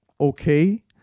okay